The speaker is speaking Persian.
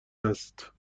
است